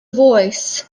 voice